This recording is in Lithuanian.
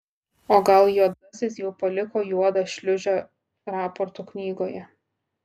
o gal juodasis jau paliko juodą šliūžę raportų knygoje